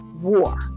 War